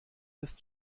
ist